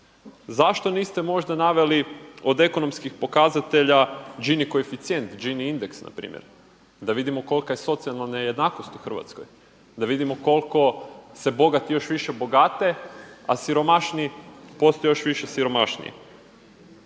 Zašto niste možda naveli od ekonomskih pokazatelja Gini koeficijent, Gini indeks npr., da vidimo kolika je socijalna nejednakost u Hrvatskoj, da vidimo koliko se bogati još više bogate a siromašniji postaju još više nesiromašniji.